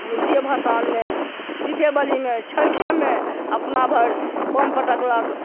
मूर्तिये भसान मे दीपेवली मे छठि मे अपना भरि बम पटकलक